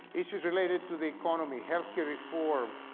issues related to the economy, healthcare reform,